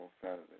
Saturday